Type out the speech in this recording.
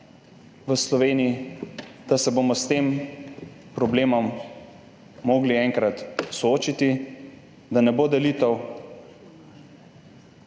v Sloveniji, da se bomo s tem problemom mogli enkrat soočiti, da ne bo delitev.